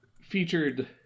featured